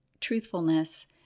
truthfulness